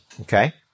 okay